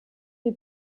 wie